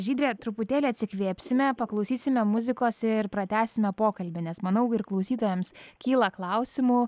žydre truputėlį atsikvėpsime paklausysime muzikos ir pratęsime pokalbį nes manau ir klausytojams kyla klausimų